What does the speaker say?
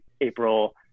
April